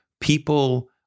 People